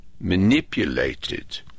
manipulated